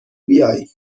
بیای